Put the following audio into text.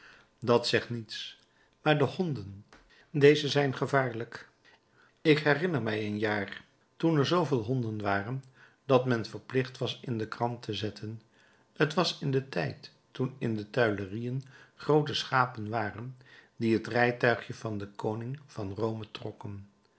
dat zegt niets maar de honden deze zijn gevaarlijk ik herinner mij een jaar toen er zooveel honden waren dat men verplicht was t in de krant te zetten t was in den tijd toen in de tuilerieën groote schapen waren die het rijtuigje van den koning van rome trokken